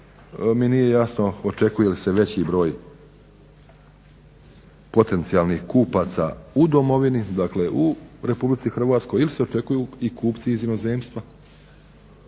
mi nije jasno očekuje li se veći broj potencijalnih kupaca u domovini, dakle u RH ili se očekuju i kupci iz inozemstva.